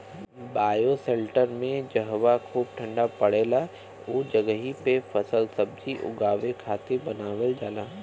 bioshelter में जहवा खूब ठण्डा पड़ेला उ जगही पे फलसब्जी उगावे खातिर बनावल जाला